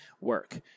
Work